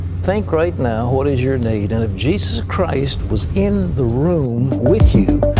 think right now what is your need? and if jesus christ was in the room with you,